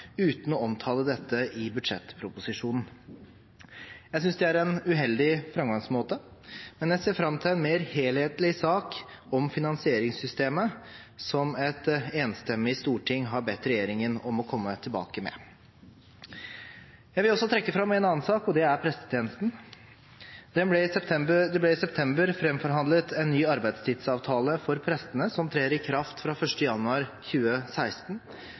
uten å omtale dette i budsjettproposisjonen. Jeg synes det er en uheldig framgangsmåte, men jeg ser fram til en mer helhetlig sak om finansieringssystemet, som et enstemmig storting har bedt regjeringen om å komme tilbake med. Jeg vil også trekke fram en annen sak, og det er prestetjenesten. Det ble i september framforhandlet en ny arbeidstidsavtale for prestene, som trer i kraft fra 1. januar 2016.